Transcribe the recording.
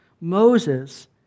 Moses